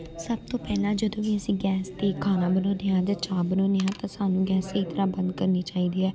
ਸਭ ਤੋਂ ਪਹਿਲਾਂ ਜਦੋਂ ਵੀ ਅਸੀਂ ਗੈਸ 'ਤੇ ਖਾਣਾ ਬਣਾਉਣੇ ਹਾਂ ਜਾਂ ਚਾਹ ਬਣਾਉਣੇ ਹਾਂ ਤਾਂ ਸਾਨੂੰ ਗੈਸ ਸਹੀ ਤਰ੍ਹਾਂ ਬੰਦ ਕਰਨੀ ਚਾਹੀਦੀ ਹੈ